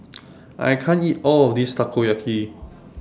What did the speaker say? I can't eat All of This Takoyaki